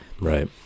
right